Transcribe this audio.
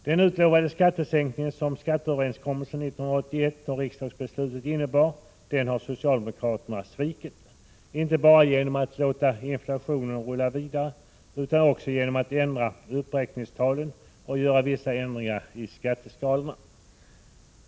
Den utlovade skattesänkning som skatteöverenskommelsen år 1981 och riksdagsbeslutet innebar har socialdemokraterna svikit, inte bara genom att låta inflationen rulla vidare, utan också genom att ändra uppräkningstalen och göra vissa ändringar i skatteskalorna.